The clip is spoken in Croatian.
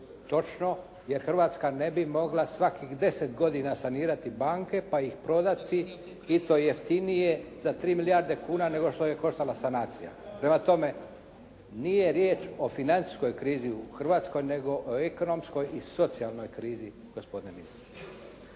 Točno. Jer Hrvatska ne bi mogla svakih 10 godina sanirati banke pa ih prodati i to jeftinije za 3 milijarde kuna nego što je koštala sanacija. Prema tome nije riječ o financijskoj krizi u Hrvatskoj nego ekonomskoj i socijalnoj krizi gospodine ministre.